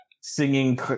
singing